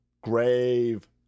Grave